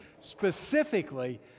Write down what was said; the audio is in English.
specifically